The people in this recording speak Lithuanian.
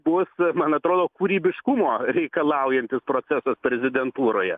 bus man atrodo kūrybiškumo reikalaujantis procesas prezidentūroje